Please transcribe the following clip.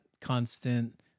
constant